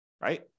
right